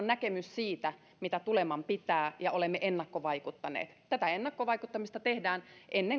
näkemys siitä mitä tuleman pitää ja olemme ennakkovaikuttaneet tätä ennakkovaikuttamista tehdään ennen